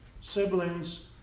siblings